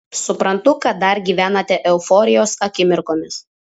suprantu kad dar gyvenate euforijos akimirkomis